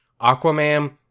Aquaman